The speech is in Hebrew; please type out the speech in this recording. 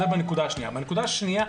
שנית,